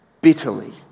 bitterly